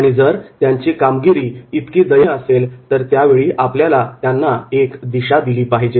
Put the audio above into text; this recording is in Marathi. आणि जर त्यांची कामगिरी इतकी दयनीय असेल तर त्यावेळी आपल्याला त्यांना एक दिशा दिली पाहिजे